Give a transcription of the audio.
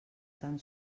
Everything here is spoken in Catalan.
tan